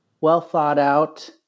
well-thought-out